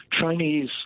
Chinese